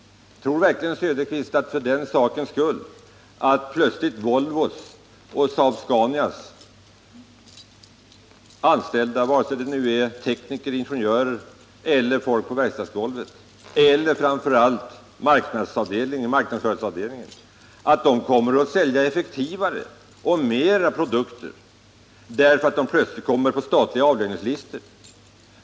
Tror verkligen Oswald Söderqvist att Volvos och Saab-Scanias anställda tekniker, ingenjörer eller verkstadsarbetare eller framför allt de anställda på marknadsföringsavdelningen kommer att bli effektivare och sälja fler produkter bara därför att de plötsligt förs upp på en statlig avlöningslista?